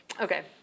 Okay